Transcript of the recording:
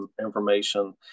information